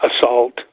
assault